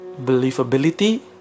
believability